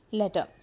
letter